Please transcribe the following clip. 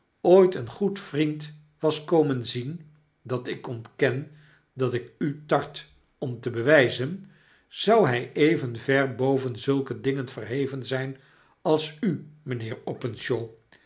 ooit een goed vriend was komen zien dat ik ontken dat ik u tart om te bewijzen zou hij even ver boven zulke dingen verheven zyn als u